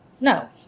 No